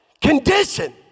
condition